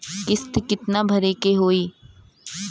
किस्त कितना भरे के होइ?